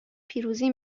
پیروزی